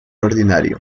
ordinario